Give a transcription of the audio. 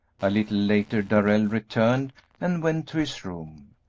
a little later darrell returned and went to his room,